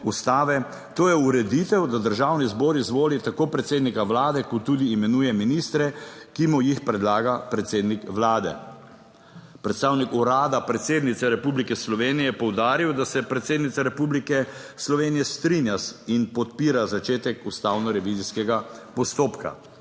To je ureditev, da Državni zbor izvoli tako predsednika Vlade kot tudi imenuje ministre, ki mu jih predlaga predsednik Vlade. Predstavnik Urada predsednice Republike Slovenije je poudaril, da se predsednica Republike Slovenije strinja in podpira začetek ustavno revizijskega postopka.